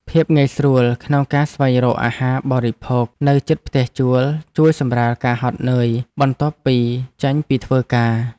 ភាពងាយស្រួលក្នុងការស្វែងរកអាហារបរិភោគនៅជិតផ្ទះជួលជួយសម្រាលការហត់នឿយបន្ទាប់ពីចេញពីធ្វើការ។